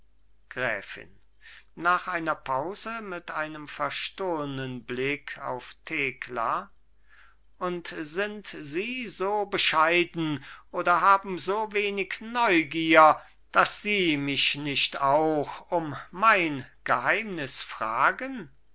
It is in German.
gräfin nach einer pause mit einem verstohlnen blick auf thekla und sind sie so bescheiden oder haben so wenig neugier daß sie mich nicht auch um mein geheimnis fragen